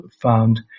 found